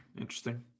interesting